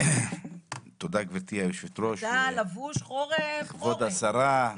תודה גברתי יושבת הראש, כבוד השרה.